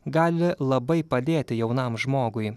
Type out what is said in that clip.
gali labai padėti jaunam žmogui